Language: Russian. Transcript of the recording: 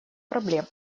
проблем